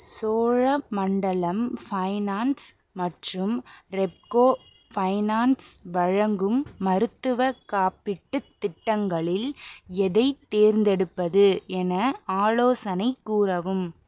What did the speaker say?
Cholamandalam finance மற்றும் Repco finance வழங்கும் மருத்துவக் காப்பீட்டுத் திட்டங்களில் எதைத் தேர்ந்தெடுப்பது என ஆலோசனை கூறவும்